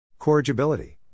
Corrigibility